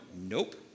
Nope